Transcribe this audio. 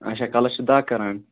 اچھا کَلَس چھِ دَغ کران